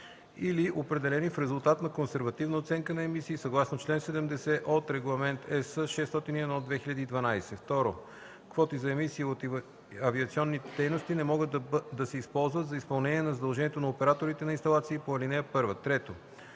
или определени в резултат на консервативна оценка на емисии съгласно чл. 70 от Регламент (ЕС) № 601/2012. (2) Квоти за емисии от авиационни дейности не могат да се използват за изпълнение на задължението на операторите на инсталации по ал. 1. (3)